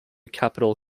capital